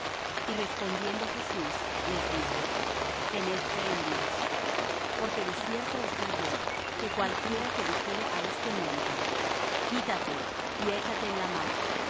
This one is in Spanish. y respondiendo jesús les dice tened fe en dios porque de cierto os digo que cualquiera que dijere á este monte quítate y échate en la mar